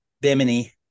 Bimini